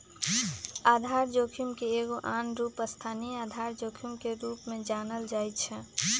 आधार जोखिम के एगो आन रूप स्थानीय आधार जोखिम के रूप में जानल जाइ छै